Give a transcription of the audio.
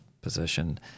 position